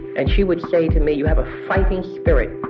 and she would say to me, you have a fighting spirit.